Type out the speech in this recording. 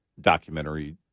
documentary